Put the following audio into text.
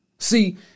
See